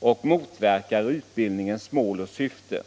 och motverkar utbildningens mål och syfte.